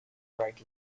right